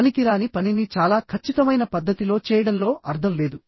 పనికిరాని పనిని చాలా ఖచ్చితమైన పద్ధతిలో చేయడంలో అర్థం లేదు